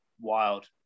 wild